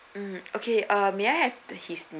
mm okay uh may I have his name